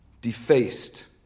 defaced